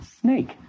Snake